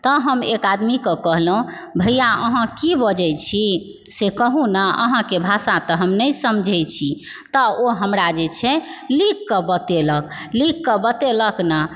तऽ हम एक आदमीके कहलुँ भैआ अहाँ की बजय छी से कहुँ नऽ अहाँकेँ भाषा तऽ हम नहि समझय छी तऽ ओ हमरा जे छै लिख कऽ बतेलक लिख कऽ बतेलक न